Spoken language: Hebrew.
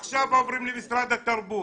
עכשיו אומר משרד התרבות: